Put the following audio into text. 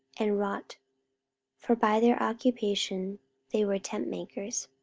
and wrought for by their occupation they were tentmakers.